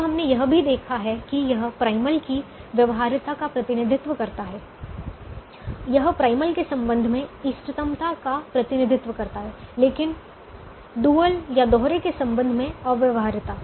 अब हमने यह भी देखा है कि यह प्राइमल की व्यवहार्यता का प्रतिनिधित्व करता है यह प्राइमल के संबंध में इष्टतमता का प्रतिनिधित्व करता है लेकिन दोहरे के संबंध में व्यवहार्यता